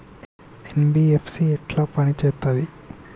NBFC ఎట్ల పని చేత్తది?